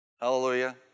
hallelujah